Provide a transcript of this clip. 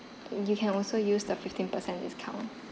you can also use the fifteen percent discount